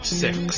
six